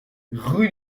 rue